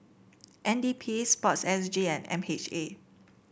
N D P sport S G and M H A